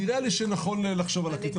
נראה לי שנכון לחשוב על הקריטריון הזה.